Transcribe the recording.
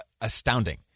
astounding